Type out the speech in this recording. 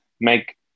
make